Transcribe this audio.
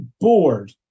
bored